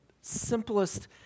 simplest